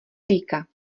dýka